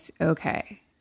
okay